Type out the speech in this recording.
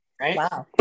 Right